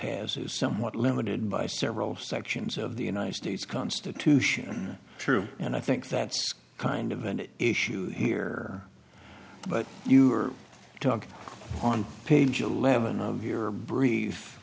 is somewhat limited by several sections of the united states constitution true and i think that's kind of an issue here but you are talking on page eleven of your brief